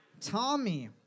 Tommy